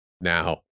now